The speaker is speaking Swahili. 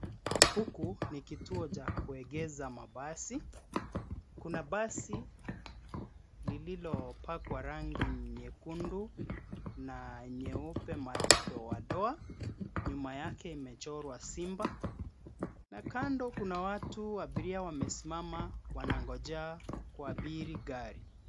Huku ni kituo cha kuegeza mabasi. Kuna basi lililo pakwa rangi nyekundu na nyeupe madoadoa, nyuma yake imechorwa simba. Na kando, kuna watu abiria wamesimama wanangojea kuabiri gari.